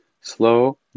slow